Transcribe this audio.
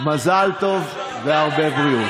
אז מזל טוב גם לך.